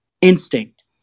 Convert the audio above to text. instinct